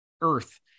earth